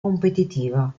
competitiva